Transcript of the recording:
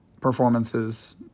performances